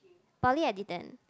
poly I didn't